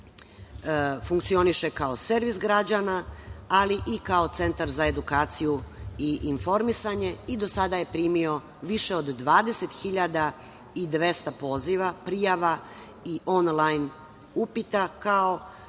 funkcioniše kao servis građana, ali i kao Centar za edukaciju i informisanje. Do sada je primio više od 20.200 poziva, prijava i onlajn upita, kao